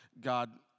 God